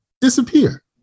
disappear